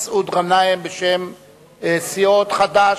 מסעוד גנאים, בשם סיעות חד"ש,